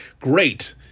great